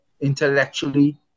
intellectually